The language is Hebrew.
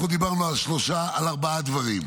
אנחנו דיברנו על ארבעה דברים: